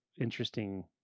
interesting